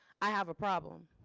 i have a problem.